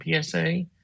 PSA